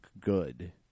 good